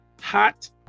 hot